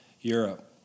Europe